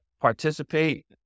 participate